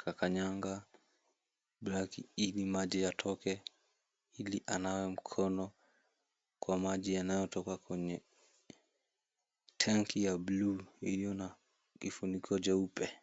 kakanyanga blaki ili maji yatoke ili anawe mkono kwa maji yanayotoka kwenye tenki ya bluu iliyo na kifuniko jeupe.